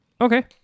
Okay